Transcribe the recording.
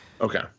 Okay